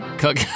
cook